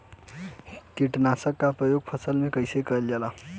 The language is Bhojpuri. कीटनाशक क प्रयोग फसल पर कइसे करल जाला?